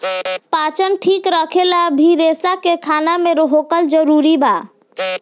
पाचन ठीक रखेला भी रेसा के खाना मे होखल जरूरी बा